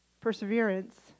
perseverance